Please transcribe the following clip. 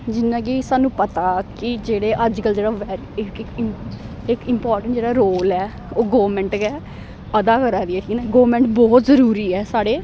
जियां कि सानू पता कि जेह्ड़े अज्जकल जेह्ड़ा इम्पारटेंट जेह्ड़ा रोल ऐ ओह् गौरमेंट गै अदा करा दी ऐ कि न गौरमेंट बहुत जरूरी ऐ साढ़े